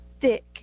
thick